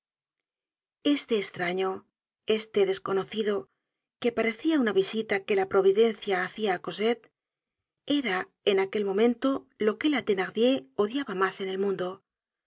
este estraño este desconocido que parecia una visita que la providencia hacia á cosette era en aquel momento lo que la thenardier odiaba mas en el mundo